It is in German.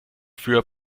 für